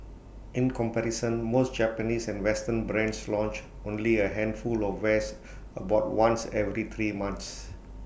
in comparison most Japanese and western brands launch only A handful of wares about once every three months